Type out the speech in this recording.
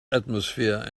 atmosphere